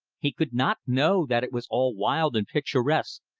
he could not know that it was all wild and picturesque,